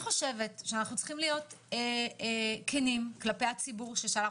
אנחנו צריכים להיות כנים כלפי הציבור ששלח